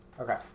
okay